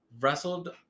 wrestled